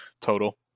total